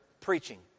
preaching